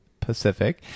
pacific